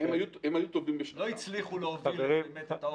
לא הצליחו להוביל את העורף.